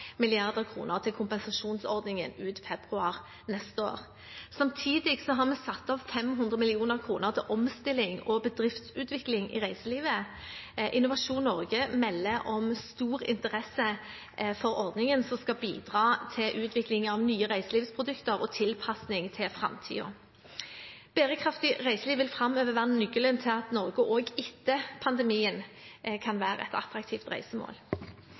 til kompensasjonsordningen ut februar neste år. Samtidig har vi satt av 500 mill. kr til omstilling og bedriftsutvikling i reiselivet. Innovasjon Norge melder om stor interesse for ordningen, som skal bidra til utvikling av nye reiselivsprodukter og tilpasning til framtiden. Bærekraftig reiseliv vil framover være nøkkelen til at Norge også etter pandemien kan være et attraktivt reisemål.